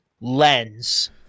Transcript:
lens